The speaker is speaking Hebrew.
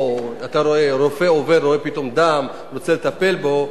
או רופא עובר ופתאום רואה דם ורוצה לטפל בו,